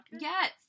Yes